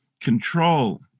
control